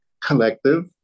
collective